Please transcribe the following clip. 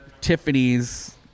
Tiffany's